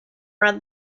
red